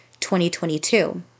2022